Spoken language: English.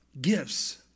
gifts